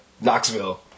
Knoxville